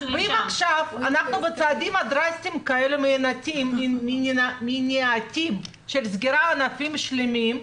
ואם עכשיו אנחנו בצעדים כאלה דרסטיים מניעתיים של סגירת ענפים שלמים,